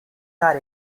car